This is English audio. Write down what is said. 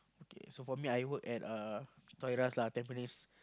okay so for me I work at a Toys-R-Us lah Tampines